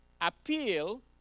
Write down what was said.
appeal